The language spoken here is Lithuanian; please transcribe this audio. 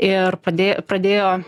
ir padėjo pradėjo